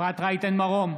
אפרת רייטן מרום,